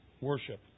worship